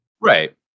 right